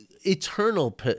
eternal